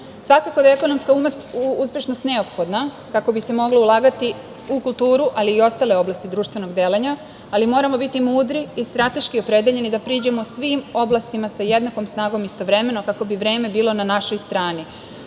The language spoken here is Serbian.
da je ekonomska uspešnost neophodna kako bi se moglo ulagati u kulturu, ali i ostale oblasti društvenog delovanja, ali moramo biti mudri i strateški opredeljeni da priđemo svim oblastima sa jednakom snagom istovremeno kako bi vreme bilo na našoj